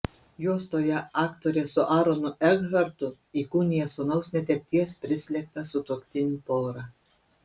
juostoje aktorė su aronu ekhartu įkūnija sūnaus netekties prislėgtą sutuoktinių porą